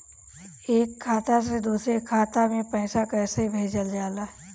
एक खाता से दुसरे खाता मे पैसा कैसे भेजल जाला?